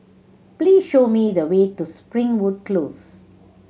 please show me the way to Springwood Close